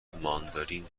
ماندارین